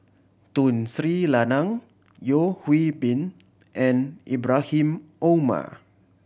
Tun Sri Lanang Yeo Hwee Bin and Ibrahim Omar